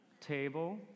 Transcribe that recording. table